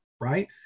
right